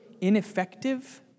ineffective